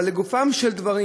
אבל לגופם של דברים,